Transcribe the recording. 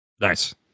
Nice